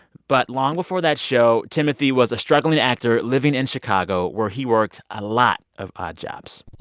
but long before that show, timothy was a struggling actor living in chicago where he worked a lot of odd jobs